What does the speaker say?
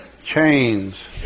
chains